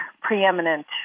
preeminent